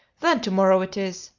then to-morrow it is!